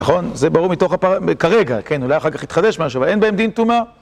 נכון, זה ברור מתוך הפרס... כרגע, כן, אולי אחר כך יתחדש משהו, אין בהם דין תומה.